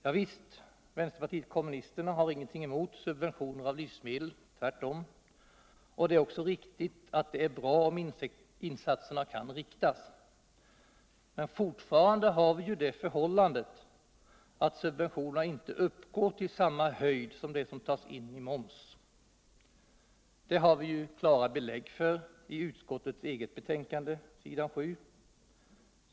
Javisst, vpk har ingenting emot subventioner av livsmedel. Tvärtom. Det är också bra om insatserna kan riktas. Men fortfarande har vi det förhållandet att subventionerna inte uppgår till samma belopp som det som tas in i moms. Det har vi klara belägg för i utskottets eget betänkande, s. 7.